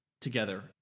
together